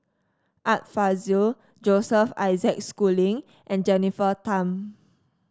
Art Fazil Joseph Isaac Schooling and Jennifer Tham